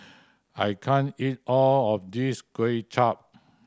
I can't eat all of this Kuay Chap